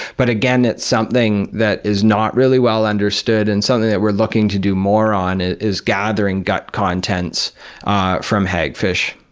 but again, it's something that is not really well understood, and something that we're looking to do more on ah is gathering gut contents ah from hagfish.